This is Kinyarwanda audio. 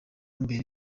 mbere